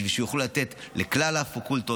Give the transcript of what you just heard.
וימשיכו לתת לכלל הפקולטות,